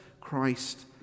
Christ